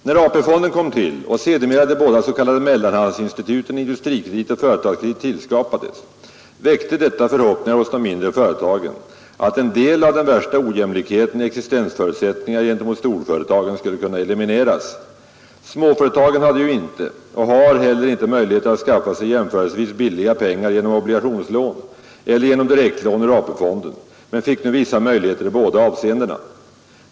När AP-fonden kom till och sedermera de båda s.k. mellanhandsinstituten Industrikredit och Företagskredit tillskapades, väckte detta förhoppningar hos de mindre företagen att en del av den värsta ojämlikheten i existensförutsättningar gentemot storföretagen skulle kunna elimineras. Småföretagen hade ju inte och har heller inte för närvarande möjligheter att skaffa sig jämförelsevis billiga pengar genom obligationslån eller genom direktlån ur AP-fonden men fick nu vissa möjligheter i båda avseendena.